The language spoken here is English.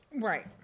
Right